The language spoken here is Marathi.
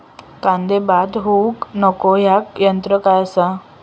कांदो बाद होऊक नको ह्याका तंत्र काय असा?